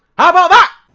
how about that!